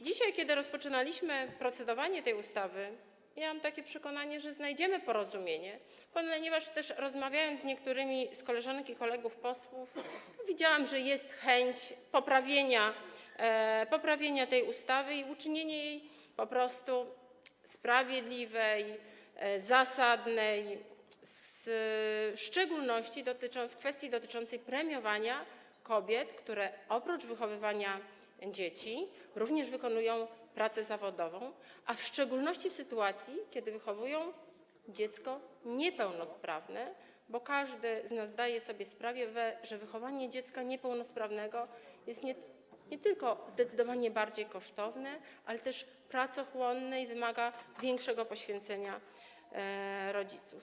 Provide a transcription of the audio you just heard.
Dzisiaj, kiedy rozpoczynaliśmy procedowanie nad tą ustawą, miałam takie przekonanie, że znajdziemy porozumienie, ponieważ rozmawiając z niektórymi z koleżanek i kolegów posłów, widziałam, że jest chęć poprawienia tej ustawy i uczynienia jej po prostu sprawiedliwą, zasadną, w szczególności w kwestii dotyczącej premiowania kobiet, które oprócz wychowywania dzieci wykonują pracę zawodową, a w szczególności chodzi o sytuację, kiedy wychowują dziecko niepełnosprawne, bo każdy z nas zdaje sobie sprawę, że wychowanie dziecka niepełnosprawnego jest nie tylko zdecydowanie bardziej kosztowne, ale też pracochłonne i wymaga większego poświęcenia rodziców.